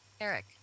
eric